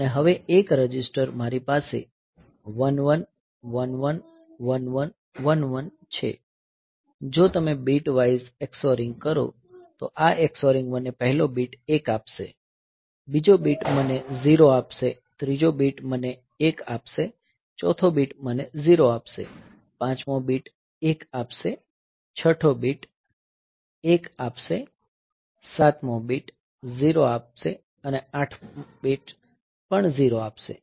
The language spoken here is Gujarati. અને હવે એક રજિસ્ટર મારી પાસે 1 1 1 1 1 1 1 1 1 છે જો તમે બીટ વાઈઝ xoring કરો તો આ xoring મને પહેલો બીટ 1 આપશે બીજો બીટ મને 0 આપશે ત્રીજો બીટ મને 1 આપશે ચોથો બીટ મને 0 આપશે પાંચમો બીટ 1 આપશે છઠ્ઠો બીટ 1 આપશે સાતમો બીટ 0 અને આઠ આપશે બિટ્સ પણ 0 છે